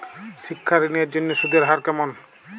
শিক্ষা ঋণ এর জন্য সুদের হার কেমন?